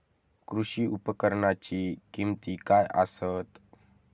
कृषी उपकरणाची किमती काय आसत?